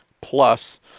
plus